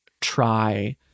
try